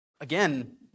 again